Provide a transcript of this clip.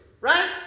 right